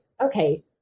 okay